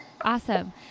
Awesome